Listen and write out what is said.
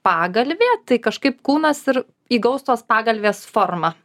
pagalvė tai kažkaip kūnas ir įgaus tos pagalvės formą